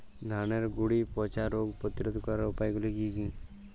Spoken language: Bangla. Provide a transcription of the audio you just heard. ধানের গুড়ি পচা রোগ প্রতিরোধ করার উপায়গুলি কি কি?